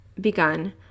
begun